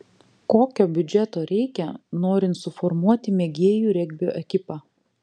kokio biudžeto reikia norint suformuoti mėgėjų regbio ekipą